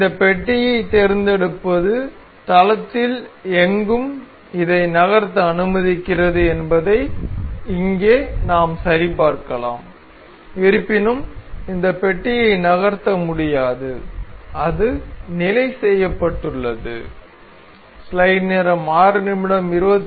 இந்த பெட்டியைத் தேர்ந்தெடுப்பது தளத்தில் எங்கும் இதை நகர்த்த அனுமதிக்கிறது என்பதை இங்கே நாம் சரிபார்க்கலாம் இருப்பினும் இந்த பெட்டியை நகர்த்த முடியாது அது நிலை செய்யப்பட்டுள்ளது